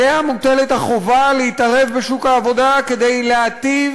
עליה מוטלת החובה להתערב בשוק העבודה כדי להיטיב